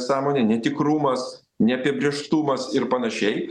sąmonę netikrumas neapibrėžtumas ir panašiai